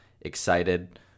excited